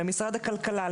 למשרד הכלכלה,